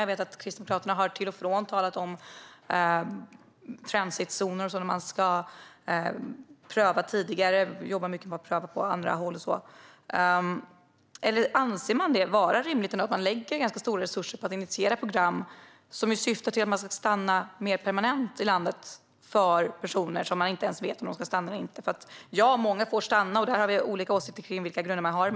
Jag vet att Kristdemokraterna till och från har talat om att man ska prova transitzoner. Eller anser man att det är rimligt att lägga ganska stora resurser på att initiera program som syftar till att personer ska stanna mer permanent i landet för personer som man inte ens vet om de ska stanna eller inte? Ja, många får stanna. Vi har olika åsikter om vilka grunder man har.